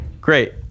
Great